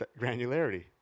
Granularity